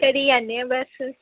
ਕਰੀ ਜਾਂਦੇ ਹਾਂ ਬਸ